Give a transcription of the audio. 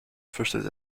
fürchtet